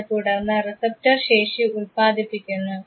അത് തുടർന്ന് റിസപ്പ്റ്റർ ശേഷി ഉൽപ്പാദിപ്പിക്കുന്നു